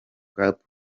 cup